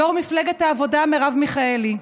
יו"ר מפלגת העבודה מרב מיכאלי,